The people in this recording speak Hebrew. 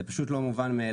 זה פשוט לא מובן מאליו.